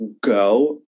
go